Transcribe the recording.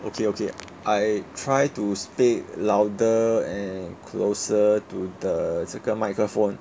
okay okay I try to speak louder and closer to the 这个麦克风